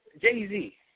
Jay-Z